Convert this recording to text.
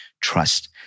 trust